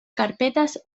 carpetas